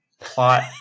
plot